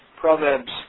Proverbs